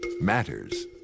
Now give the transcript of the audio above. matters